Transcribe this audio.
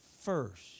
first